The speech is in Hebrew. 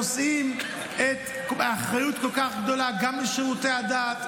שנושאים אחריות כל כך גדולה גם לשירותי הדת,